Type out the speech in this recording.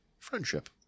Friendship